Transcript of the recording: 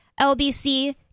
LBC